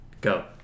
go